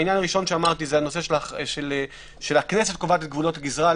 העניין הראשון הוא הנושא של הכנסת שקובעת את גבולות הגזרה.